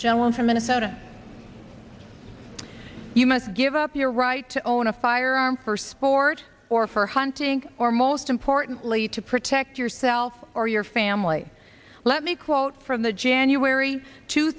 jelen from minnesota you must give up your right to own a firearm for sport or for hunting or most importantly to protect yourself or your family let me quote from the january two